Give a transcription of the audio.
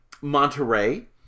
Monterey